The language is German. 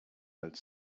als